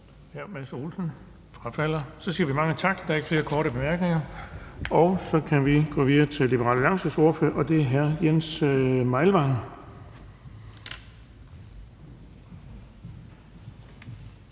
Hr. Mads Olsen? Man frafalder. Så siger vi mange tak. Der er ikke flere korte bemærkninger. Så kan vi gå videre til Liberal Alliances ordfører, og det er hr. Jens Meilvang.